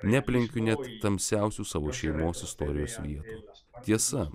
neaplenkiu net tamsiausių savo šeimos istorijos vietų tiesa